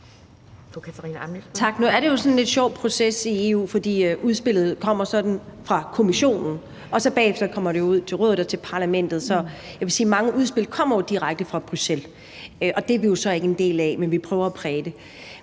Nu er det jo en sådan lidt sjov proces i EU, fordi udspillet kommer fra Kommissionen og så bagefter kommer ud til Rådet og til Parlamentet. Så jeg vil sige, at mange udspil jo kommer direkte fra Bruxelles, og det er vi så ikke en del af, men vi prøver at præge det.